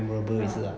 ah